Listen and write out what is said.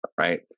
right